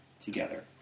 together